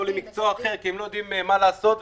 למקצוע אחר כי הם לא יודעים מה לעשות,